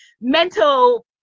mental